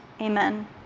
amen